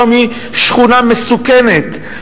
היום היא שכונה מסוכנת,